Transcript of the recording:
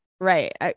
Right